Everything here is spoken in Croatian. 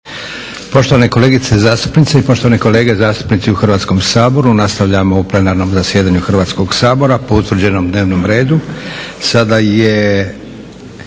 Poštovane kolegice zastupnice i poštovane kolege zastupnici u Hrvatskom saboru, nastavljamo u plenarnom zasjedanju Hrvatskog sabora po utvrđenog dnevnom redu. Sada je